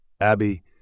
Abby